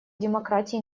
демократии